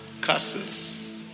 curses